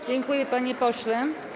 Dziękuję, panie pośle.